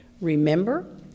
Remember